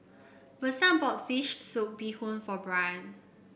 Versa bought fish soup Bee Hoon for Brian